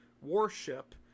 warship